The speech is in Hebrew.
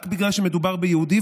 רק בגלל שמדובר ביהודי,